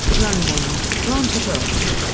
london granta books.